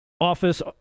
office